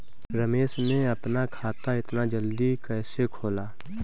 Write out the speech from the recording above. रमेश ने अपना खाता इतना जल्दी कैसे खोला?